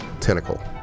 tentacle